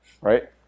right